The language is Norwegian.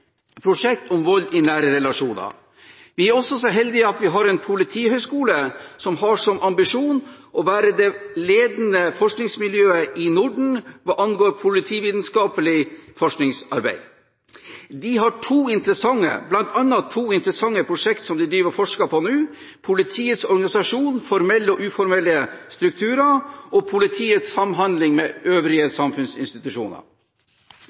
prosjekt, om vold i nære relasjoner. Vi er også så heldige at vi har en politihøgskole som har som ambisjon å være det ledende forskningsmiljøet i Norden hva angår politivitenskapelig forskningsarbeid. De har bl.a. to interessante prosjekt som de nå forsker på – politiets organisasjon, formelle og uformelle strukturer, og politiets samhandling med øvrige